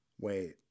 Wait